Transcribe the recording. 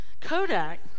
Kodak